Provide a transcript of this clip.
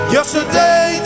Yesterday